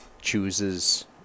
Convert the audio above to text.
chooses